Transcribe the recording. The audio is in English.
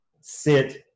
sit